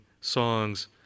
songs